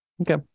Okay